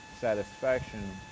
satisfaction